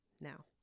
Now